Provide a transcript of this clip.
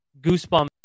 goosebumps